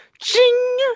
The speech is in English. Ching